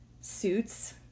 suits